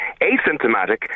asymptomatic